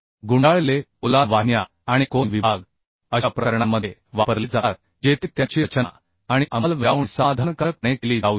गुंडाळलेले पोलाद वाहिन्या आणि कोन विभाग अशा प्रकरणांमध्ये वापरले जातात जेथे त्यांची रचना आणि अंमलबजावणी समाधानकारकपणे केली जाऊ शकते